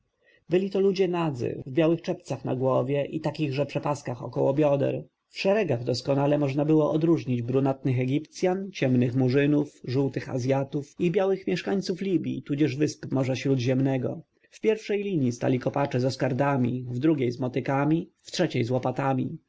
byli to ludzie nadzy w białych czepcach na głowie i takichże przepaskach około bioder w szeregach doskonale można było odróżnić brunatnych egipcjan ciemnych murzynów żółtych azjatów i białych mieszkańców libji tudzież wysp morza śródziemnego w pierwszej linji stali kopacze z oskardami w drugiej z motykami w trzeciej z łopatami